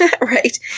Right